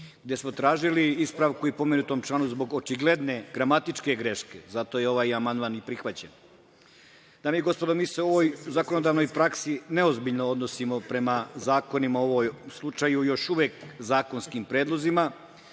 gde smo tražili ispravku u pomenutom članu zbog očigledne gramatičke greške. Zato je ovaj amandman i prihvaćen. Dame i gospodo, mi se u ovoj zakonodavnoj praksi neozbiljno odnosimo prema zakonima, u ovom slučaju još uvek zakonskim predlozima,